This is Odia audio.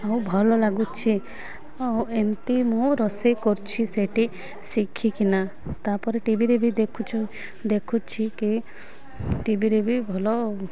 ଆଉ ଭଲ ଲାଗୁଛି ଏମିତି ମୁଁ ରୋଷେଇ କରୁଛି ସେଠି ଶିଖିକିନା ତାପରେ ଟିଭିରେ ବି ଦେଖୁଛୁ ଦେଖୁଛି କି ଟିଭିରେ ବି ଭଲ